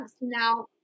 now